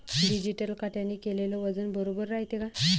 Digital काट्याने केलेल वजन बरोबर रायते का?